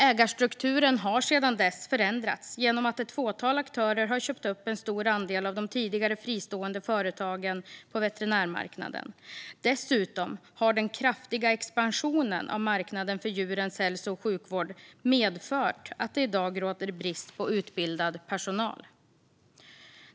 Ägarstrukturen har sedan dess förändrats genom att ett fåtal aktörer har köpt upp en stor andel av de tidigare fristående företagen på veterinärmarknaden. Dessutom har den kraftiga expansionen av marknaden för djurens hälso och sjukvård medfört att det i dag råder brist på utbildad personal.